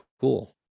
Cool